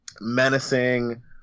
menacing